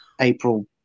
April